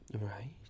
Right